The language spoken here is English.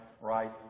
right